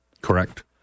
Correct